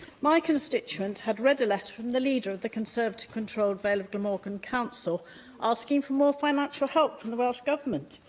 my constituent had read a letter from the leader leader of the conservative-controlled vale of glamorgan council asking for more financial help from the welsh government.